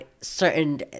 certain